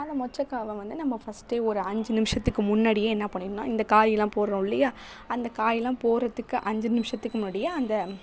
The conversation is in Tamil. அந்த மொச்சக்காவை வந்து நம்ம ஃபர்ஸ்ட்டே ஒரு அஞ்சு நிமிஷத்துக்கு முன்னாடியே என்ன பண்ணிடணும்னா இந்த காய்லாம் போடுறோம் இல்லையா அந்த காய்லாம் போடுறத்துக்கு அஞ்சு நிமிஷத்துக்கு முன்னாடியே அந்த